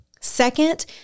Second